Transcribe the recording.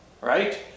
right